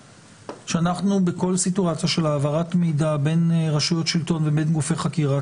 שאנחנו בכל סיטואציה של העברת מידע בין רשויות שלטון לבין גופי חקירה,